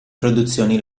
produzioni